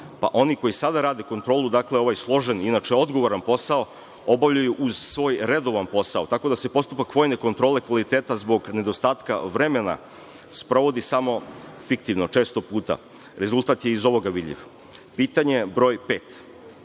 pa oni koji sada rade kontrolu, dakle, ovaj složeni, inače odgovoran posao obavljaju uz svoj redovan posao, tako da se postupak vojne kontrole kvaliteta zbog nedostatka vremena sprovodi samo fiktivno često puta. Rezultat je iz ovoga vidljiv. Pitanje broj pet